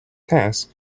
task